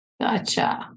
Gotcha